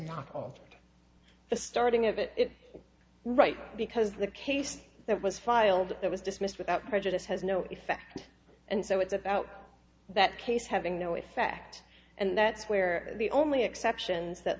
altered the starting of it right because the case that was filed that was dismissed without prejudice has no effect and so it's about that case having no effect and that's where the only exception